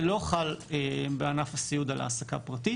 זה לא חל בענף הסיעוד על העסקה פרטית.